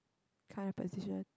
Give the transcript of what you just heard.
kind of position